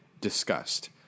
discussed